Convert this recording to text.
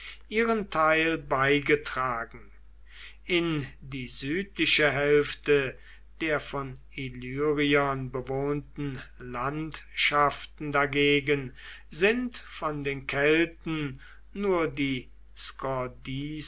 ihren teil beigetragen in die südliche hälfte der von illyriern bewohnten landschaften dagegen sind von den kelten nur die